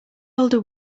older